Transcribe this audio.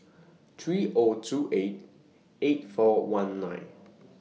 three O two eight eight four one nine